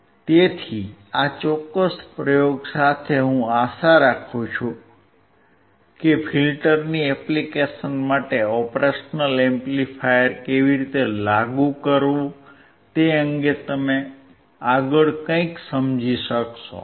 તેથી આ ચોક્કસ પ્રયોગ સાથે હું આશા રાખું છું કે ફિલ્ટરની એપ્લિકેશન માટે ઓપરેશનલ એમ્પ્લીફાયર કેવી રીતે લાગુ કરવું તે અંગે તમે આગળ કંઈક સમજી શકશો